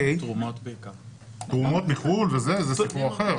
תרומות מחו"ל, זה סיפור אחר.